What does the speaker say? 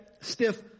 stiff